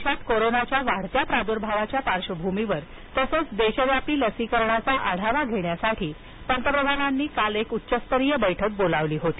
देशात कोरोनाच्या वाढत्या प्रादुर्भावाच्या पार्श्वभूमीवर तसंच देशव्यापी लसीकरणाचा आढावा घेण्यासाठी पंतप्रधानांनी काल एक उच्चस्तरीय बैठक बोलावली होती